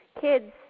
kids